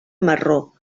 marró